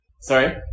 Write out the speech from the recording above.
Sorry